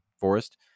forest